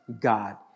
God